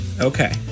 Okay